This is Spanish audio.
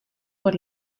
por